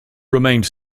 remained